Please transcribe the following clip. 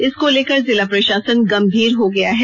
इसको लेकर जिला प्रशासन गंभीर हो गया है